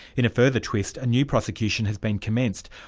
in a further twist, a new prosecution has been commenced,